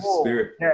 spirit